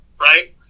right